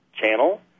channel